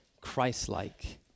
Christ-like